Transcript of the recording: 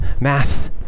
math